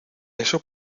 eso